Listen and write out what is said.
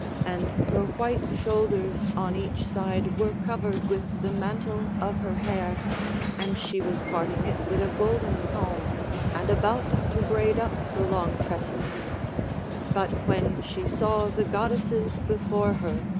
and her white shoulders on each side were covered with the mantle of her hair and she was parting it with a golden comb and about to braid up the long tresses but when she saw the goddesses before her,